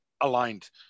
aligned